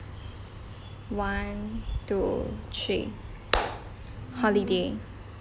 one two three holiday